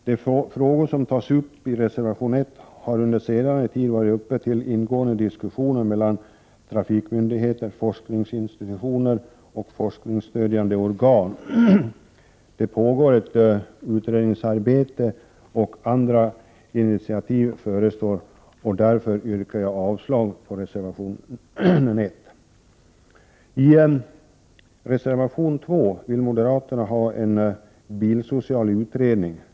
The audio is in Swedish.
De frågor som tas upp i reservation 1 har under senare tid varit uppe till ingående diskussioner mellan trafikmyndigheter, forskningsinstitutioner och forskningsstöjdande organ. Det pågår ett utredningsarbete, och andra initiativ förestår. Därför yrkar jag avslag på reservation 1. I reservation 2 yrkar moderaterna på en bilsocial utredning. Man Prot.